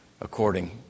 according